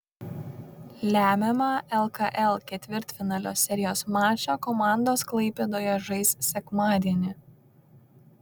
lemiamą lkl ketvirtfinalio serijos mačą komandos klaipėdoje žais sekmadienį